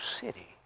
city